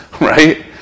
Right